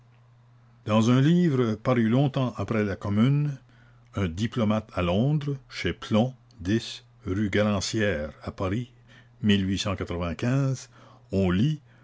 dans un livre paru longtemps après la commune un diplomate à londres chez la rue garancière à aris on lit